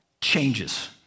changes